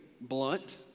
blunt